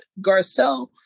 Garcelle